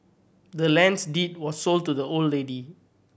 the land's deed was sold to the old lady